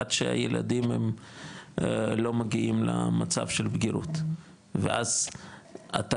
עד שהילדים הם לא מגיעים למצב של בגירות ואז אתה